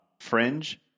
Fringe